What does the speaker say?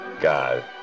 God